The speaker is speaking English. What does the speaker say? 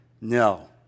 No